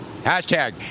#Hashtag